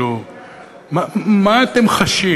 מה אתם חשים?